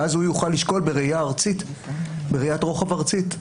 ואז הוא יוכל לשקול בראיית רוחב ארצית.